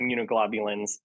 immunoglobulins